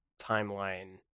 timeline